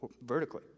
vertically